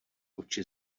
oči